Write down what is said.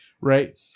right